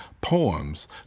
poems